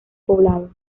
poblado